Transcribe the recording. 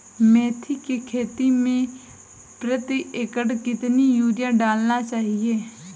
मेथी के खेती में प्रति एकड़ कितनी यूरिया डालना चाहिए?